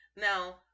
Now